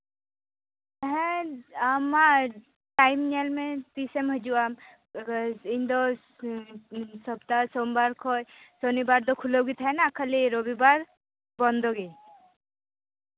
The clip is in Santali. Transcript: ᱦᱮᱸ ᱟᱢᱟᱜ ᱴᱟᱭᱤᱢ ᱧᱮᱞ ᱢᱮ ᱛᱤᱥᱮᱢ ᱦᱤᱡᱩᱜᱼᱟ ᱳᱭ ᱤᱧ ᱫᱚ ᱢᱤᱫ ᱥᱚᱯᱛᱟ ᱥᱳᱢᱵᱟᱨ ᱠᱷᱚᱱ ᱥᱚᱱᱤᱵᱟᱨ ᱫᱚ ᱠᱷᱩᱞᱟᱹᱣ ᱜᱮ ᱛᱟᱦᱮᱱᱟ ᱠᱷᱟᱹᱞᱤ ᱨᱚᱵᱤᱵᱟᱨ ᱵᱚᱱᱫᱚ ᱜᱮ